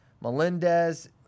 Melendez